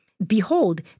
...behold